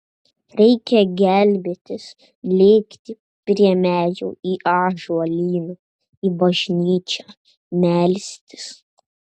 reikia gelbėtis lėkti prie medžių į ąžuolyną į bažnyčią melstis